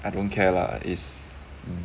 I don't care lah is